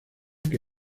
que